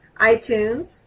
iTunes